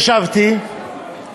ישבתי,